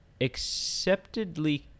acceptedly